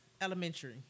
Elementary